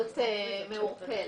התנהלות מעורפלת,